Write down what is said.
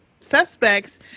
suspects